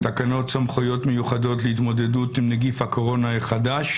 תקנות סמכויות מיוחדות להתמודדות עם נגיף הקורונה החדש